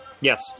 Yes